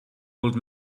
old